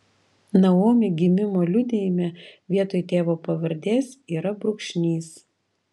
naomi gimimo liudijime vietoj tėvo pavardės yra brūkšnys